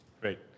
Great